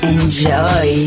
Enjoy